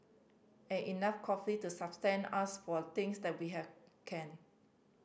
and enough coffee to sustain us for the things that we have can